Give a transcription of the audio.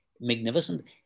magnificent